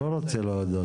הוא לא רוצה להודות.